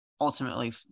ultimately